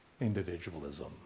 individualism